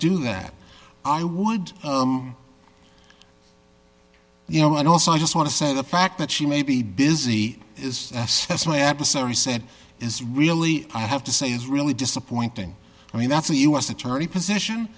do that i would you know and also i just want to say the fact that she may be busy is as my adversary said is really i have to say is really disappointing i mean that's a u s attorney position